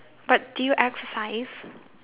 but do you exercise